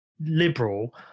liberal